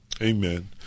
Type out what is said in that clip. Amen